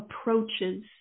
approaches